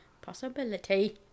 possibility